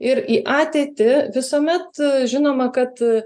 ir į ateitį visuomet žinoma kad